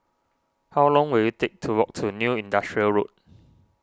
how long will it take to walk to New Industrial Road